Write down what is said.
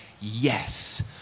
yes